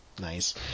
nice